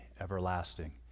everlasting